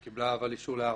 היא קיבלה אישור להארכה?